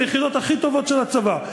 ביחידות הכי טובות של הצבא,